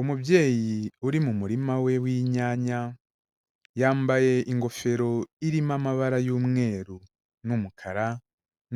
Umubyeyi uri mu murima we w'inyanya, yambaye ingofero irimo amabara y'umweru n'umukara